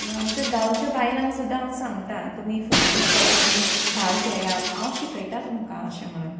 आमच्या गांवच्या बायलांक सुद्दां हांव सांगता तुमी फुगडी सर्तींनी भाग घेयात हांव शिकयतां तुमकां अशें म्हणून